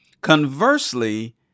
Conversely